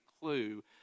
clue